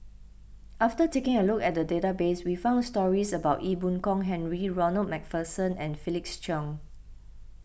after taking a look at the database we found stories about Ee Boon Kong Henry Ronald MacPherson and Felix Cheong